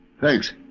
thanks